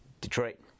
Detroit